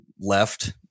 left